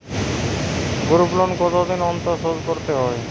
Group loan কতদিন অন্তর শোধকরতে হয়?